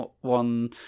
one